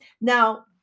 Now